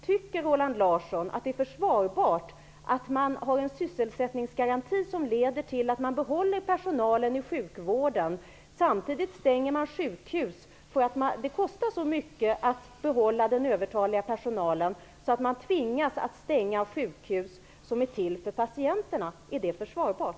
Tycker Roland Larsson att det är försvarbart att man har en sysselsättningsgaranti som leder till att man behåller personalen i sjukvården samtidigt som man stänger sjukhus? Det kostar så mycket att behålla den övertaliga personalen att man tvingas att stänga sjukhus som är till för patienterna, är det försvarbart?